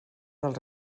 del